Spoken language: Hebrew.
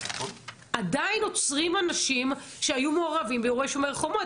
עדיין עוצרים אנשים שהיו מעורבים באירועי שומר חומות,